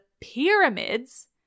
pyramids